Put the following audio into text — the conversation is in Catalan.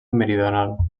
meridional